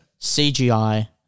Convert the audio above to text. CGI